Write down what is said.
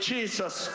Jesus